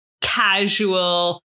casual